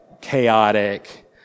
chaotic